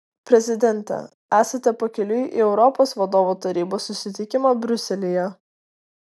prezidente esate pakeliui į europos vadovų tarybos susitikimą briuselyje